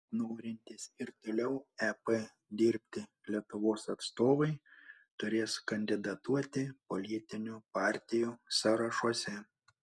norintys ir toliau ep dirbti lietuvos atstovai turės kandidatuoti politinių partijų sąrašuose